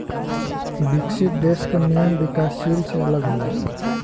विकसित देश क नियम विकासशील से अलग होला